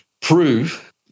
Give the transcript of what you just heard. prove